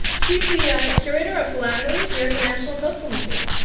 she's the curator of philately here at the national postal museum.